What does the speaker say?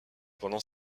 pendant